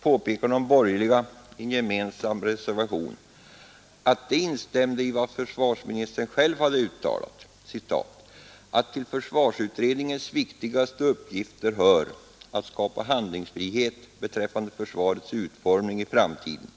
påpekade de borgerliga i en gemensam reservation att de instämde i vad försvarsministern själv hade uttalat, nämligen att ”till försvarsutredningens viktigaste uppgifter hör att skapa handlingsfrihet beträffande försvarets utformning i framtiden”.